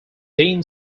dean